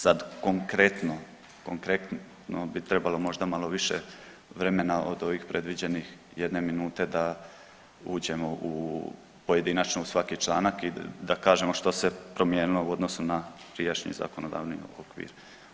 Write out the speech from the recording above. Sad konkretno, konkretno bi trebalo možda malo više vremena od ovih predviđenih jedne minute da uđemo u pojedinačno u svaki članak i da kažemo što se promijenilo u odnosu na prijašnji zakonodavni okvir.